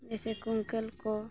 ᱡᱮᱭᱥᱮ ᱠᱩᱝᱠᱟᱹᱞ ᱠᱚ